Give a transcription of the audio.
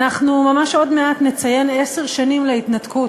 אנחנו ממש עוד מעט נציין עשר שנים להתנתקות,